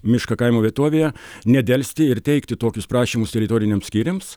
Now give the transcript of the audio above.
mišką kaimo vietovėje nedelsti ir teikti tokius prašymus teritoriniams skyriams